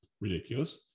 Ridiculous